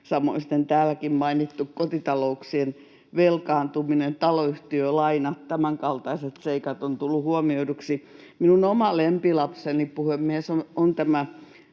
samoin täälläkin mainittu kotitalouksien velkaantuminen ja taloyhtiölainat — tämänkaltaiset seikat — ovat tulleet huomioiduiksi. Minun oma lempilapseni, puhemies, näistä